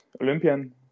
Olympian